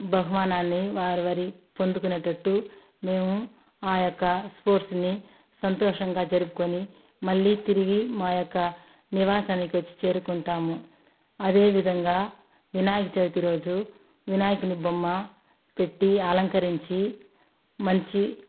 బహుమానాన్ని వారి వారి పొందుకునేటట్టు మేము ఆ యొక్క స్పోర్ట్స్ని సంతోషంగా జరుపుకొని మళ్ళీ తిరిగి మా యొక్క నివాసానికి వచ్చి చేరుకుంటాము అదేవిధంగా వినాయక చవితి రోజు వినాయకుని బొమ్మ పెట్టి అలంకరించి మంచి